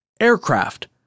aircraft